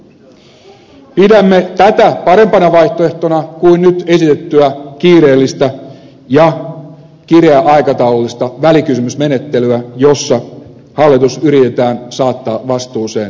pidämme tätä parempana vaihtoehtona kuin nyt esitettyä kiireellistä ja kireäaikataulullista välikysymysmenettelyä jossa hallitus yritetään saattaa vastuuseen kannanotoistaan